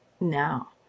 now